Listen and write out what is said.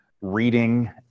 reading